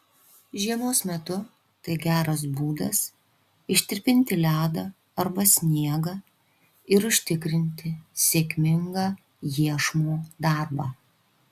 žiemos metu tai geras būdas ištirpinti ledą arba sniegą ir užtikrinti sėkmingą iešmo darbą